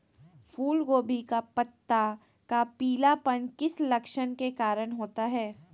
फूलगोभी का पत्ता का पीलापन किस लक्षण के कारण होता है?